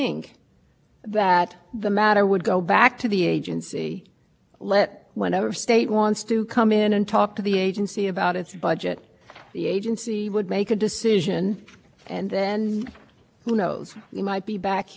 down locations wouldn't need any good neighbor controls miss o'donnell says they didn't base their budgets on those projections but that's our complaint there are facts in the record which show no good neighbor controls were necessary but a p a nonetheless